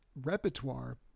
repertoire